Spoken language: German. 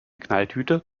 knalltüte